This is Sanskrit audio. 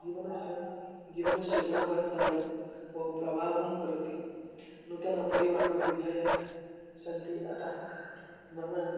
जीवनस्य जीवनस्य गुणवत्तायां बहु प्रभावं करोति नूतनं परिवाहनविधयः सन्ति अतः मम